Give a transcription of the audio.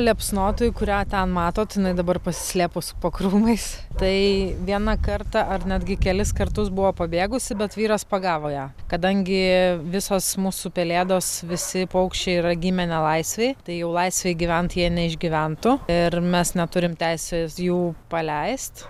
liepsnotoji kurią ten matot jinai dabar pasislėpus po krūmais tai vieną kartą ar netgi kelis kartus buvo pabėgusi bet vyras pagavo ją kadangi visos mūsų pelėdos visi paukščiai yra gimę nelaisvėj tai jau laisvėj gyvent jie neišgyventų ir mes neturim teisės jų paleist